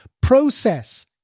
process